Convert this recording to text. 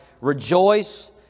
Rejoice